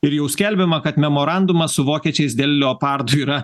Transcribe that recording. ir jau skelbiama kad memorandumas su vokiečiais dėl leopardų yra